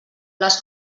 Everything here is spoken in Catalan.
les